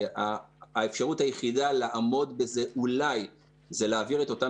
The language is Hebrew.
האפשרות היחידה לעמוד בזה אולי זה להעביר את אותם